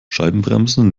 scheibenbremsen